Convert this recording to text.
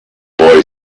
boy